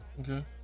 Okay